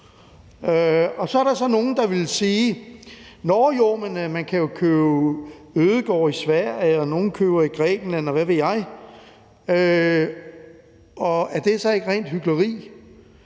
Så er der nogle, der vil sige: Nå jo, men man kan jo købe ødegårde i Sverige, og nogle køber sommerhus i Grækenland, og hvad ved jeg, og er det så ikke rent hykleri?